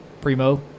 primo